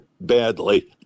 badly